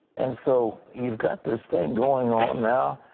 and so, you've got this thing going on now.